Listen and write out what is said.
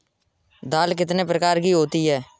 दाल कितने प्रकार की होती है?